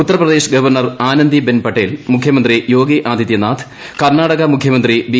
Uttar Pradesh governor Anandiben Patel മുഖ്യമന്ത്രി യോഗി ആദിത്യനാഥ് കർണാടകമുഖ്യമന്ത്രി B